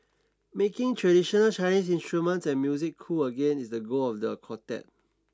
making traditional Chinese instruments and music cool again is the goal of the quartet